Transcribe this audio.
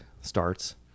starts